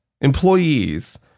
employees